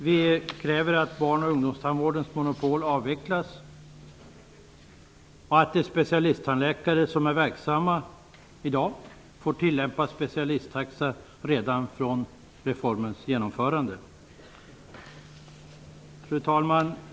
Vi kräver att monopolet på barn och ungdomstandvård avvecklas och att de specialisttandläkare som är verksamma i dag får tillämpa specialisttaxa redan från reformens införande. Fru talman!